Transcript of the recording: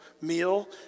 meal